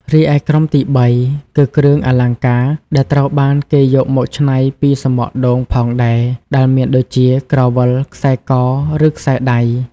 រីឯក្រុមទីបីគឺ គ្រឿងអលង្ការ ដែលត្រូវបានគេយកមកច្នៃពីសំបកដូងផងដែរ ដែលមានដូចជា ក្រវិល ខ្សែក ឬខ្សែដៃ។